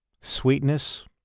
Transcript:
sweetness